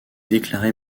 déclaré